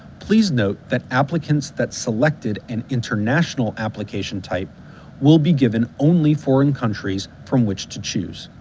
please note that applicants that selected an international application type will be given only foreign countries from which to choose.